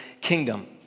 kingdom